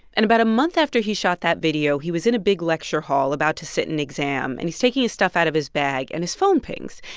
and about a month after he shot that video, he was in a big lecture hall, about to sit an exam. and he's taking his stuff out of his bag. and his phone pings,